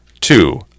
Two